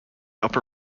upper